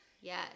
Yes